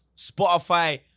Spotify